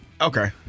Okay